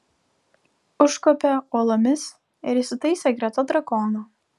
užkopė uolomis ir įsitaisė greta drakono